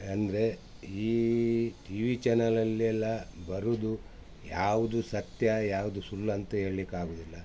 ಅಂದರೆ ಈ TV ಚಾನಲಲ್ಲೆಲ್ಲ ಬರೋದು ಯಾವುದು ಸತ್ಯ ಯಾವುದು ಸುಳ್ಳು ಅಂತ ಹೇಳ್ಲಿಕ್ಕಾಗುದಿಲ್ಲ